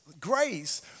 grace